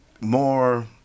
more